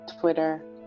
Twitter